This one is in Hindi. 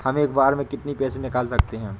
हम एक बार में कितनी पैसे निकाल सकते हैं?